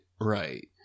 right